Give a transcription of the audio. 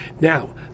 Now